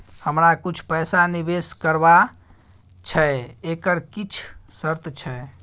हमरा कुछ पैसा निवेश करबा छै एकर किछ शर्त छै?